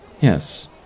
Yes